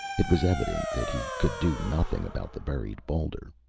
it was evident that he could do nothing about the buried boulder.